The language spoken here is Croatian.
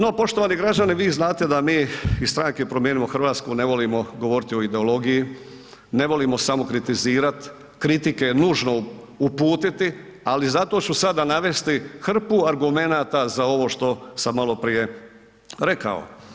No poštovani građani vi znate da mi iz stranke promijenimo Hrvatsku ne volimo govoriti o ideologiji, ne volimo samo kritizirati, kritike nužno uputiti, ali zato ću sada navesti hrpu argumenata za ovo što sam maloprije rekao.